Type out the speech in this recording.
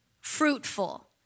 fruitful